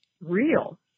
real